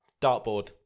Dartboard